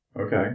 Okay